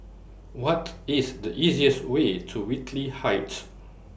What IS The easiest Way to Whitley Heights